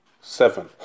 seven